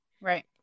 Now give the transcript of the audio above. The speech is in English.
Right